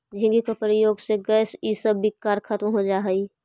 झींगी के प्रयोग से गैस इसब विकार खत्म हो जा हई